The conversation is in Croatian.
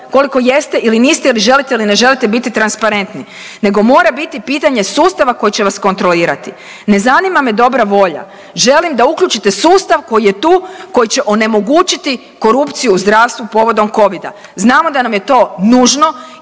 koliko jeste ili niste ili želite ili ne želite biti transparentni nego mora biti pitanje sustava koji će vas kontrolirati. Ne zanima me dobra volja, želim da uključite sustav koji je tu koji će onemogućiti korupciju u zdravstvu povodom covida, znamo da nam je to nužno